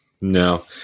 No